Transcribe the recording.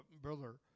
brother